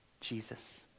Jesus